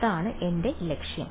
അതാണ് എന്റെ ലക്ഷ്യം